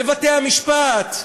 בבתי-המשפט,